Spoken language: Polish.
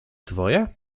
dwoje